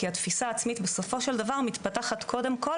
כי התפיסה העצמית בסופו של דבר מתפתחת קודם כל